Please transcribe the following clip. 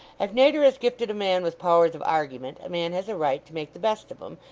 if natur has gifted a man with powers of argeyment, a man has a right to make the best of em,